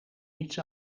niets